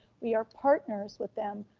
we are partners with them.